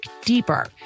deeper